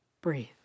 Breathe